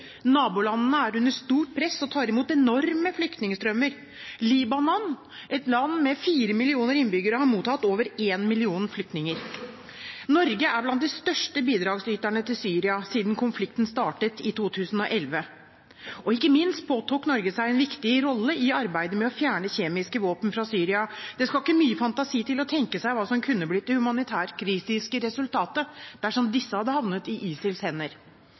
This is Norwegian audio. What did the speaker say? Nabolandene er under stort press og tar imot enorme flyktningstrømmer. Libanon, et land med fire millioner innbyggere, har mottatt over én million flyktninger. Norge er blant de største bidragsyterne til Syria siden konflikten startet i 2011. Ikke minst påtok Norge seg en viktig rolle i arbeidet med å fjerne kjemiske våpen fra Syria. Det skal ikke mye fantasi til å tenke seg hva som kunne blitt det humanitært kritiske resultatet dersom disse hadde havnet i ISILs